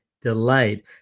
delayed